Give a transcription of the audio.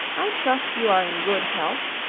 i trust you are in good health,